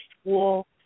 school